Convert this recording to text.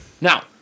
Now